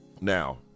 Now